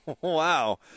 Wow